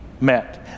met